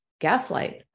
gaslight